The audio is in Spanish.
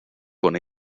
con